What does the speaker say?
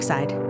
Side